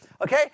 Okay